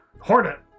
Hornet